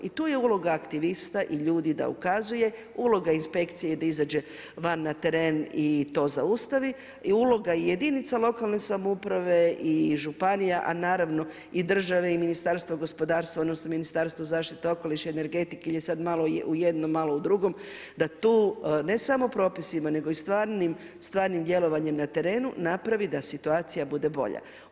I tu je uloga aktivista i ljudi da ukazuje, uloga inspekcije da izađe van na teren i to zaustavi i uloga jedinica lokalne samouprave i županija, a naravno i države i Ministarstvo gospodarstva odnosno Ministarstvo okoliša i energetike je sada malo u jednom malo u drugom, da tu ne samo propisima nego i stvarnim djelovanjem na terenu napravi da situacija bude bolja.